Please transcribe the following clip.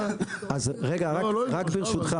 רק ברשותך,